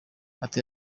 ati